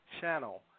channel